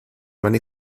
meine